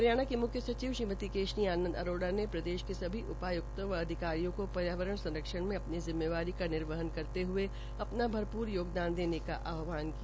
हरियाणा की मुख्य सचिव श्रीमती केशनी आनन्द अरोड़ा ने प्रदेश के सभी उपायुक्तों एवं अधिकारियों को पर्यावरण संरक्षण में अपनी जिम्मेवारी का निर्वहन करते हुए अपना अरपूर योगदान देने का आहवान किया